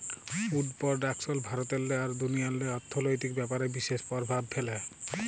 would পরডাকশল ভারতেল্লে আর দুনিয়াল্লে অথ্থলৈতিক ব্যাপারে বিশেষ পরভাব ফ্যালে